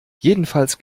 jedenfalls